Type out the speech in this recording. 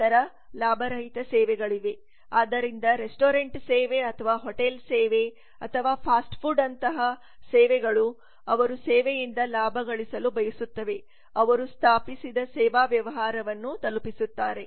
ನಂತರ ಲಾಭರಹಿತ ಸೇವೆಗಳಿವೆ ಆದ್ದರಿಂದ ರೆಸ್ಟೋರೆಂಟ್ ಸೇವೆ ಅಥವಾ ಹೋಟೆಲ್ ಸೇವೆ ಅಥವಾ ಫಾಸ್ಟ್ ಫುಡ್ ಸೇವೆಯಂತಹ ಸೇವೆಗಳು ಅವರು ಸೇವೆಯಿಂದ ಲಾಭ ಗಳಿಸಲು ಬಯಸುತ್ತವೆ ಅವರು ಸ್ಥಾಪಿಸಿದ ಸೇವಾ ವ್ಯವಹಾರವನ್ನು ತಲುಪಿಸುತ್ತಾರೆ